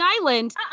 Island